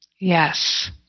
yes